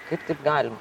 kaip taip galima